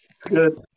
good